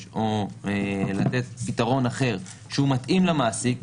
או לתת פתרון אחר שהוא מתאים למעסיק,